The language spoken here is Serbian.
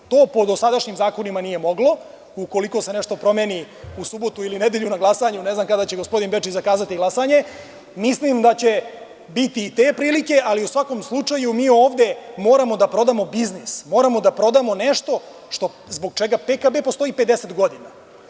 To po dosadašnjim zakonima nije moglo, ukoliko se nešto promeni, u subotu ili nedelju na glasanju, ne znam kada će gospodin Bečić zakazati glasanje, mislim da će biti i te prilike, ali u svakom slučaju mi ovde moramo da prodamo biznis, moramo da prodamo nešto zbog čega PKB postoji 50 godina.